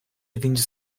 yedinci